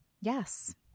yes